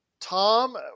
Tom